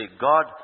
God